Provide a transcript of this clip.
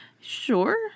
sure